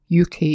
UK